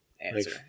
answer